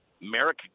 Merrick